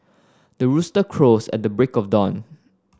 the rooster crows at the break of dawn